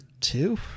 two